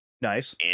Nice